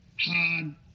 hard